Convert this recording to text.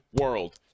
world